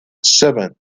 seven